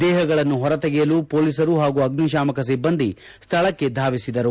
ದೇಹಗಳನ್ನು ಹೊರ ತೆಗೆಯಲು ಪೊಲೀಸರು ಪಾಗೂ ಅಗ್ನಿಶಾಮಕ ಸಿಬ್ಬಂಧಿ ಸ್ಥಳಕ್ಕೆ ಧಾವಿಸಿದರು